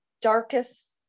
darkest